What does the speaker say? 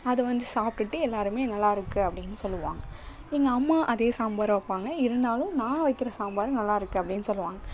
அதை வந்து சாப்பிட்டுட்டு எல்லாருமே நல்லாருக்கு அப்படின்னு சொல்லுவாங்க எங்கள் அம்மா அதே சாம்பாரை வைப்பாங்க இருந்தாலும் நான் வைக்கிற சாம்பார் நல்லா இருக்கு அப்படின்னு சொல்லுவாங்க